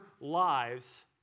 lives